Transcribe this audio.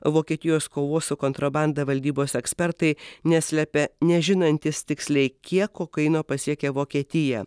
vokietijos kovos su kontrabanda valdybos ekspertai neslepia nežinantys tiksliai kiek kokaino pasiekia vokietiją